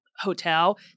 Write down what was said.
hotel